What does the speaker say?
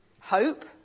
Hope